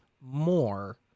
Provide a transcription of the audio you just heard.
more